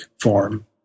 form